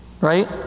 Right